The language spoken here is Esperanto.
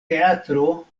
teatro